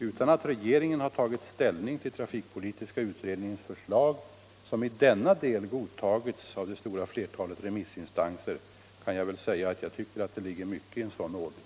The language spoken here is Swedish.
Utan att regeringen har tagit ställning till trafikpolitiska utredningens förslag —- som i denna del godtagits av det stora flertalet remissinstanser — kan jag väl säga, att jag tycker att det ligger mycket i en sådan ordning.